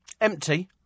Empty